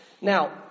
now